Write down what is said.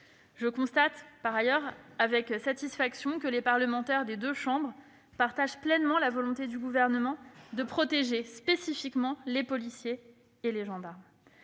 Je constate par ailleurs avec satisfaction que les parlementaires des deux chambres partagent pleinement la volonté du Gouvernement de protéger spécifiquement les policiers et les gendarmes.